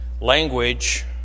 Language